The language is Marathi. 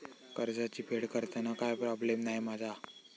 कर्जाची फेड करताना काय प्रोब्लेम नाय मा जा?